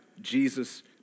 Jesus